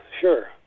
sure